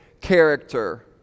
character